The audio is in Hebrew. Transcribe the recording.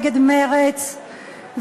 שעושה קריירה בשבועות האחרונים מהסתה נגד מרצ,